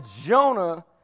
Jonah